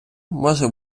може